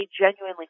genuinely